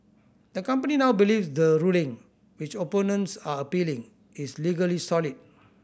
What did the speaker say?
the company now believes the ruling which opponents are appealing is legally solid